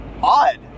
odd